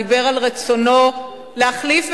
דיבר על רצונו להחליף,